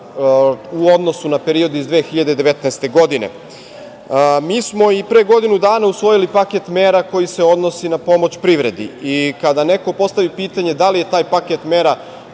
u odnosu na periode iz 2019. godine. Mi smo i pre godinu dana usvojili paket mera koji se odnosi na pomoć privredi. Kada neko postovi pitanje da li je taj paket mera